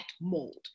mold